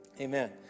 Amen